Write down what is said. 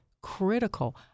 critical